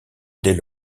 dès